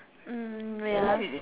mm ya